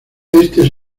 este